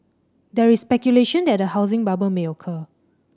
there is speculation that a housing bubble may occur